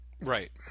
right